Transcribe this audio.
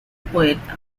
poeta